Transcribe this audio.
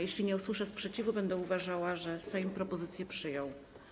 Jeśli nie usłyszę sprzeciwu, będę uważała, że Sejm propozycję przyjął.